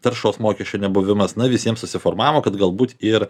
taršos mokesčio nebuvimas na visiems susiformavo kad galbūt ir